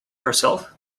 herself